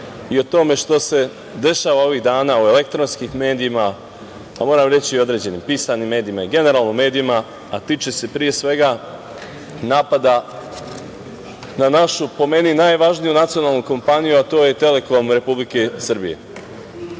i o tome što se dešava ovih dana o elektronskim medijima, pa moram reći i u određenim pisanim medijima i generalno medijima, a tiče se pre svega napada na našu, po meni, najvažniju nacionalnu kompaniju, a to je „Telekom“ Republike Srbije.